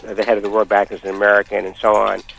ah the head of the world bank is an american and so on,